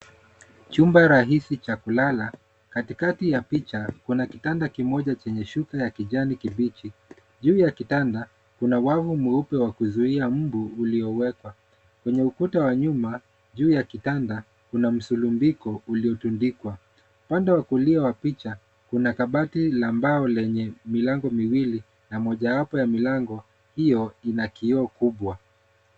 Chumba rahisi cha kulala. Katikati ya picha kuna kitanda kimoja chenye shuka ya kijani kibichi. Juu ya kitanda kuna wavu mweupe wa kuzuia mbu uliowekwa. Kwenye ukuta wa nyuma juu ya kitanda kuna msulubiko uliotundikwa. Pande wa kulia wa picha kuna kabati la mbao lenye milango miwili na mojawapo ya milango hio ina kioo kubwa.